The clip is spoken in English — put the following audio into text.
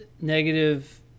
negative